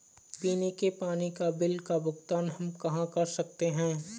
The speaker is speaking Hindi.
पीने के पानी का बिल का भुगतान हम कहाँ कर सकते हैं?